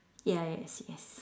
ya yes yes